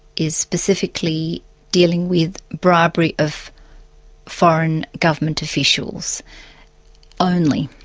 is specifically dealing with bribery of foreign government officials only,